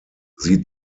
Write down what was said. sie